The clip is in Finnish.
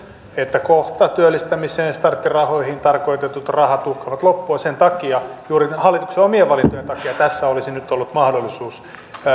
että kohta työllistämiseen starttirahoihin tarkoitetut rahat uhkaavat loppua sen takia juuri hallituksen omien valintojen takia tässä olisi nyt ollut mahdollisuus ja